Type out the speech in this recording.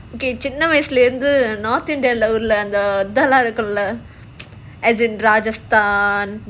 okay சின்ன வயசுல இருந்து:chinna vayasula irunthu north india அந்த இதெல்லாம் இருக்குல்ல:andha idhellaam irukuthula rajasthan